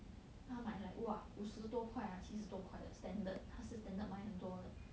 他买 like !wah! 五十多块 ah 七十多块的 standard 他是 standard 买很多的